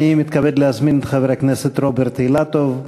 אני מתכבד להזמין את חבר הכנסת רוברט אילטוב,